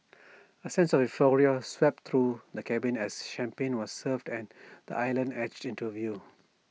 A sense of euphoria swept through the cabin as champagne was served and the island edged into view